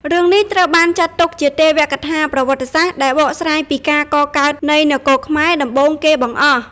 រឿងនេះត្រូវបានចាត់ទុកជាទេវកថាប្រវត្តិសាស្ត្រដែលបកស្រាយពីការកកើតនៃនគរខ្មែរដំបូងគេបង្អស់។